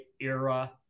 era